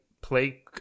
play